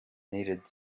needed